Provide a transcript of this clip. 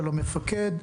של המפקד,